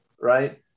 right